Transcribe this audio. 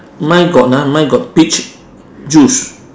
mine got ah mine got peach juice